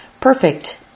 perfect